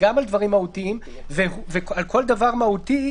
ודאי יגבר.